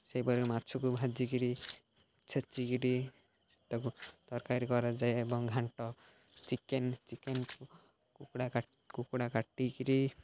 ସେହିପରି ମାଛକୁ ଭାଜିକରି ଛେଚିକରି ତାକୁ ତରକାରୀ କରାଯାଏ ଏବଂ ଘାଣ୍ଟ ଚିକେନ୍ ଚିକେନ୍ କୁକୁଡ଼ା କୁକୁଡ଼ା କାଟିକରି